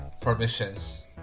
permissions